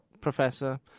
professor